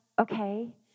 okay